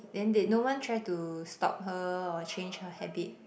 then did no one try to stop her or change her habit